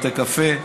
בתי קפה,